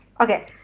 okay